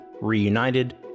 reunited